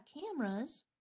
cameras